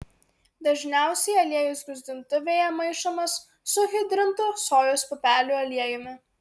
dažniausiai aliejus gruzdintuvėje maišomas su hidrintu sojos pupelių aliejumi